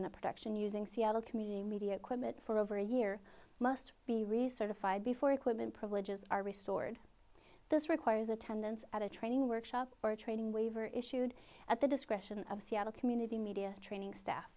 in a production using seattle community media equipment for over a year must be recertified before equipment privileges are restored this requires attendance at a training workshop or a training waiver issued at the discretion of seattle community media training staff